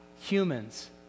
Humans